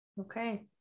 Okay